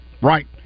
right